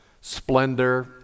Splendor